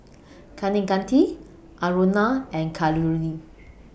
Kaneganti Aruna and Kalluri